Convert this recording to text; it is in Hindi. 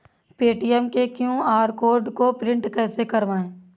पेटीएम के क्यू.आर कोड को प्रिंट कैसे करवाएँ?